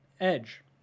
edge